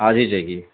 آج ہی چاہیے